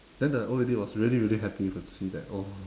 then the old lady was really really happy to see that oh